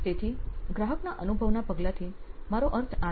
તેથી ગ્રાહકના અનુભવના પગલાથી મારો અર્થ આ છે